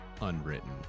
unwritten